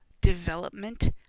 development